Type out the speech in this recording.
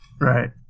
Right